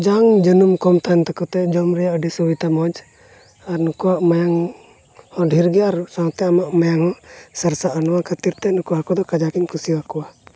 ᱡᱟᱝ ᱡᱟᱹᱱᱩᱢ ᱠᱚᱢ ᱛᱟᱦᱮᱱ ᱛᱟᱠᱚᱛᱮ ᱡᱚᱢ ᱨᱮᱭᱟᱜ ᱟᱹᱰᱤ ᱥᱩᱵᱤᱫᱷᱟ ᱢᱚᱡᱽ ᱟᱨ ᱱᱩᱠᱩᱣᱟᱜ ᱢᱟᱭᱟᱢ ᱦᱚᱸ ᱰᱷᱮᱨ ᱜᱮᱭᱟ ᱟᱨ ᱥᱟᱶᱛᱮ ᱟᱢᱟᱜ ᱢᱟᱭᱟᱢ ᱦᱚᱸ ᱥᱟᱨᱥᱟᱜᱼᱟ ᱚᱱᱟ ᱠᱷᱟᱹᱛᱤᱨᱛᱮ ᱱᱩᱠᱩ ᱦᱟᱹᱠᱩ ᱫᱚ ᱠᱟᱡᱟᱠᱤᱧ ᱠᱩᱥᱤᱭᱟᱠᱚᱣᱟ